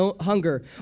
hunger